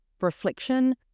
reflection